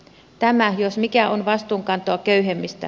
tämä jos mikä on vastuunkantoa köyhemmistä